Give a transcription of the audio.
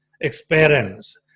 experience